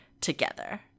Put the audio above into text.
together